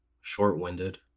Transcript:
short-winded